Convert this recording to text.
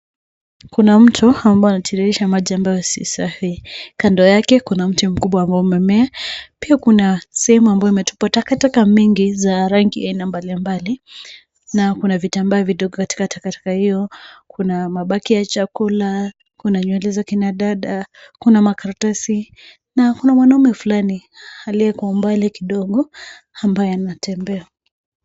Kuna mto ambao unatiririsha maji ambayo si safi. Kando yake kuna mti mkubwa ambao umemea. Pia kuna sehemu ambayo imetupwa takataka mingi za rangi ya aina mbalimbali na kuna vitambaa vidogo katika takataka hiyo. Kuna mabaki ya chakula, kuna nywele za kina dada, kuna makaratasi na kuna mwanaume fulani aliye kwa umbali kidogo ambaye anatembea.